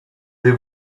they